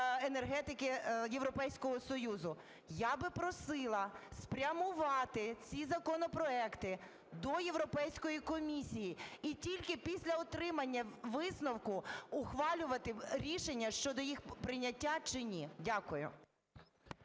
енергетики Європейського Союзу. Я би просила спрямувати ці законопроекти до Європейської комісії і тільки після отримання висновку ухвалювати рішення щодо їх прийняття чи ні. Дякую.